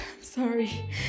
sorry